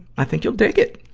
i think you'll dig it.